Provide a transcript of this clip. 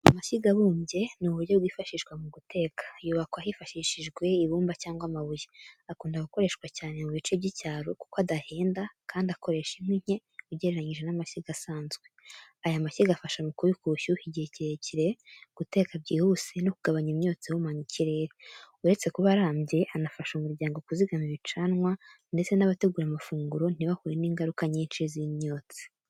Amashyiga abumbye ni uburyo bwifashishwa mu guteka, yubakwa hifashishijwe ibumba cyangwa amabuye. Akunda gukoreshwa cyane mu bice by’icyaro kuko adahenda kandi akoresha inkwi nke ugereranyije n’amashyiga asanzwe. Aya mashyiga afasha mu kubika ubushyuhe igihe kirekire, guteka byihuse no kugabanya imyotsi ihumanya ikirere. Uretse kuba arambye, anafasha umuryango kuzigama ibicanwa ndetse n’abategura amafunguro ntibahure n’ingaruka nyinshi z’imyotsi.